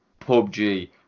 PUBG